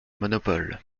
monopole